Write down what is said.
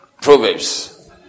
Proverbs